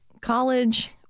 College